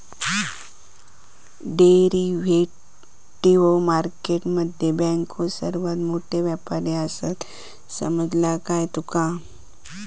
Derivative market मध्ये बँको सर्वात मोठे व्यापारी आसात, समजला काय तुका?